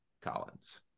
Collins